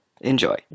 Enjoy